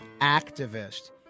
activist